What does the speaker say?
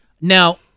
Now